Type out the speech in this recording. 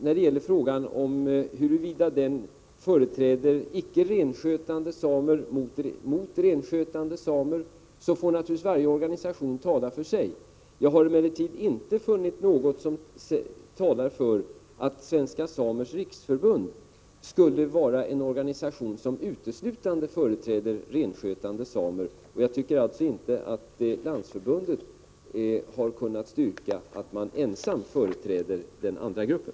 När de gäller frågan huruvida den företräder icke renskötande samer mot renskötande samer får naturligtvis varje organisation tala för sig. Jag har emellertid inte funnit något som talar för att Svenska samernas riksförbund skulle vara en organisation som uteslutande företräder renskötande samer. Jag tycker alltså inte att Landsförbundet har kunnat styrka att det ensamt företräder den andra gruppen.